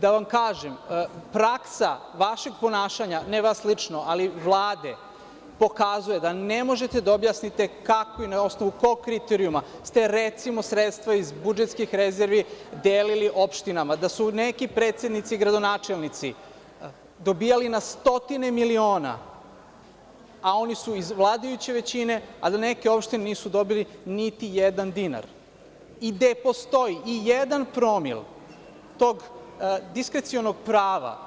Da vam kažem, praksa vašeg ponašanja, ne vas lično, ali Vlade, pokazuje da ne možete da objasnite kako i na osnovu kog kriterijuma ste recimo sredstva iz budžetskih rezervi delili opštinama i da su neki predsednici, gradonačelnici dobijali na stotine miliona, a oni su iz vladajuće većine, a da neke opštine nisu dobile ni jedan dinar i gde postoji i jedan promil tog diskrecionog prava